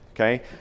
Okay